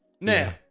Now